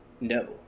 No